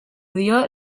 dio